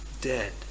dead